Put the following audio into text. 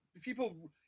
people